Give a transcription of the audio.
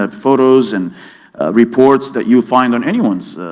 ah photos and reports that you'd find on anyone's